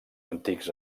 antics